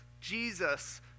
Jesus